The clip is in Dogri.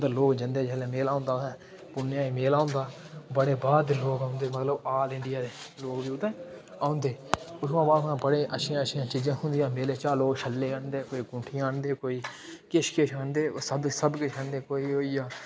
मंदर लोक जंदे जिसलै मेला होंदा उत्थै पु'न्नेआ गी मेला होंदा बड़े बाह्र दे लोक औंदे मतलब ऑल इंडिया दे लोक जी उत्थै औंदे उत्थुयां बाद च बड़ियां अच्छियां अच्छियां चीजां थ्होंदियां मेले चा कोई छल्ले आह्न्नदे कोई ङूठियां आह्न्नदे कोई किश किश आह्न्नदे सब सब किश आह्न्नदे कोई होई आ